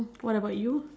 what about you